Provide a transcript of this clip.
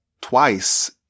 twice